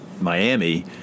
Miami